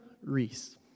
Reese